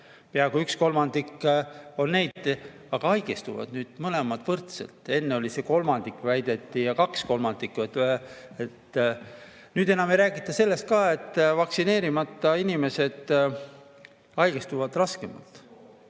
peaaegu üks kolmandik on neid, aga haigestuvad nüüd mõlemad võrdselt. Enne oli see kolmandik, väideti, ja kaks kolmandikku. Nüüd enam ei räägita ka sellest, et vaktsineerimata inimesed haigestuvad raskemalt.